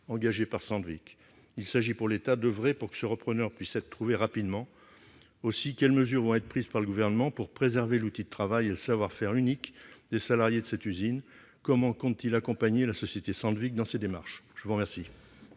engagées par Sandvik. Il s'agit pour l'État d'oeuvrer pour qu'un repreneur puisse être trouvé rapidement. Quelles mesures le Gouvernement entend-il prendre pour préserver l'outil de travail et le savoir-faire unique des salariés de cette usine ? Comment compte-t-il accompagner la société Sandvik dans ses démarches ? La parole